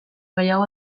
gehiago